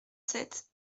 sept